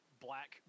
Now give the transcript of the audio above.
black